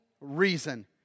reason